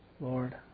Lord